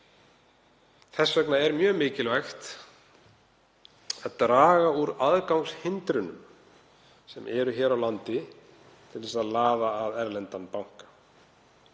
Þess vegna er mjög mikilvægt að draga úr aðgangshindrunum sem eru hér á landi til að laða að erlendan banka.